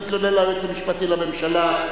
תתלונן ליועץ המשפטי לממשלה.